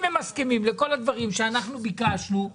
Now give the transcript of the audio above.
אם הם מסכימים לכל הדברים שאנחנו ביקשנו,